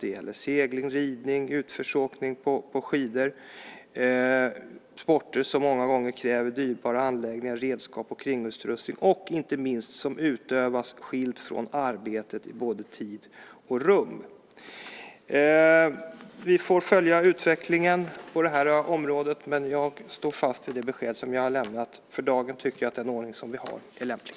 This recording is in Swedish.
Det gäller segling, ridning och utförsåkning på skidor - sporter som många gånger kräver dyrbara anläggningar, redskap och kringutrustning och, inte minst, som utövas skilt från arbetet i både tid och rum. Vi får följa utvecklingen på det här området. Jag står dock fast vid det besked som jag har lämnat: För dagen tycker jag att den ordning som vi har är lämplig.